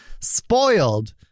spoiled